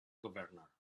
governor